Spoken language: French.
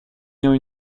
ayant